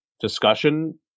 discussion